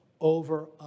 over